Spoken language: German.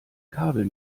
kabel